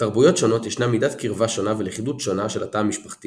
בתרבויות שונות ישנה מידת קרבה שונה ולכידות שונה של התא המשפחתי